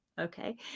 okay